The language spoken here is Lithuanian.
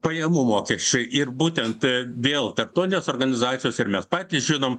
pajamų mokesčiai ir būtent dėl tarptautinės organizacijos ir mes patys žinom